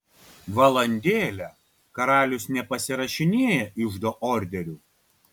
valandėlę karalius nepasirašinėja iždo orderių